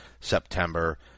September